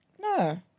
no